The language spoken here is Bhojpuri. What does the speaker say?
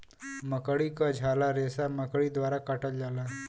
मकड़ी क झाला रेसा मकड़ी द्वारा काटल जाला